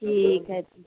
ठीक है ठीक